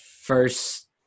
first